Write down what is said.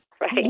Right